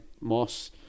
Moss